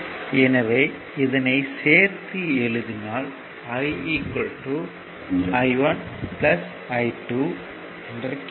எனவே இதனை சேர்த்து எழுதினால் I I1 I2 என கிடைக்கும்